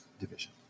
division